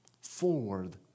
forward